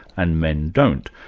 and men don't.